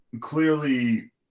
clearly